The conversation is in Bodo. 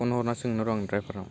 फन हरना सोंनो र' आं द्राइभारनाव